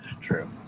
True